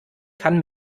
kann